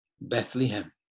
Bethlehem